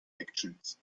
actions